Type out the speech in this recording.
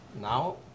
now